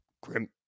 Grim